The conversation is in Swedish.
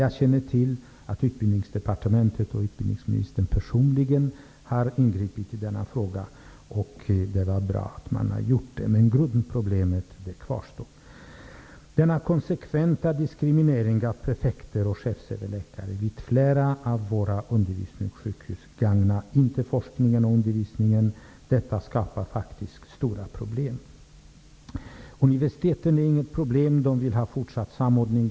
Jag känner till att Utbildningsdepartementet och utbildningsministern personligen har ingripit i denna fråga. Det var bra, men grundproblemet kvarstår. Denna konsekventa diskriminering av prefekter och chefsöverläkare vid flera av våra undervisningssjukhus gagnar inte forskningen och undervisningen. Det skapar faktiskt stora problem. Universiteten är inget problem. De vill ha fortsatt samordning.